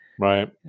right